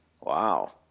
Wow